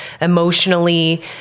emotionally